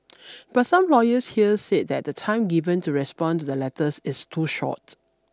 but some lawyers here said that the time given to respond to the letters is too short